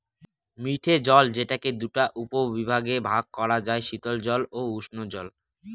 মিঠে জল যেটাকে দুটা উপবিভাগে ভাগ করা যায়, শীতল জল ও উষ্ঞজল